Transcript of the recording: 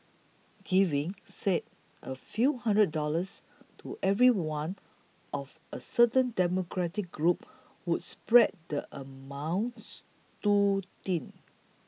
giving say a few hundred dollars to everyone of a certain demographic group would spread the amounts too thin